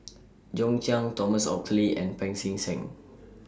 John Clang Thomas Oxley and Pancy Seng